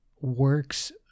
works